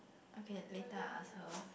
okay later I ask her